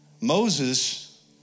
Moses